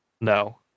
No